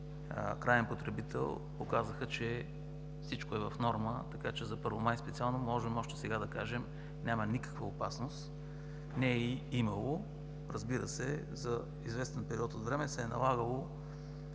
краен потребител показаха, че всичко е в норма, така че за Първомай специално можем още сега да кажем: няма никаква опасност, не е и имало. Разбира се, за известен период от време се е налагало